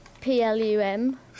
P-L-U-M